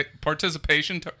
participation